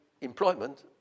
employment